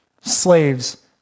Slaves